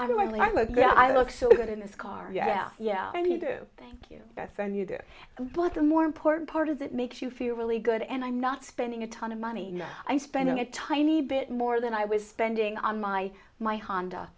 girl i look so good in this car yeah yeah when you do thank you that's when you do but the more important part is it makes you feel really good and i'm not spending a ton of money i'm spending a tiny bit more than i was spending on my my honda